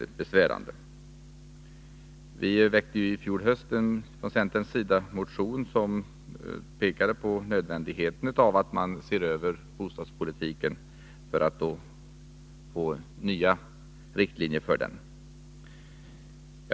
Från centerns sida väckte vi i fjol höst en motion där vi pekade på nödvändigheten av att man ser över bostadspolitiken för att få nya riktlinjer för denna.